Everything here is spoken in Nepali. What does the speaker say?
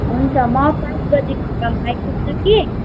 हुन्छ म पाँच बजीभित्रमा आइपुग्छु कि